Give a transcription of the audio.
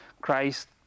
Christ